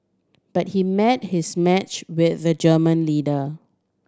but he met his match with the German lender